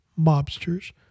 mobsters